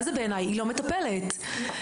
היא לא מטפלת.